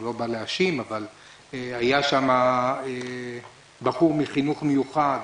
אני לא בא להאשים עצרה בחור מחינוך מיוחד,